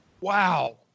Wow